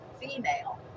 female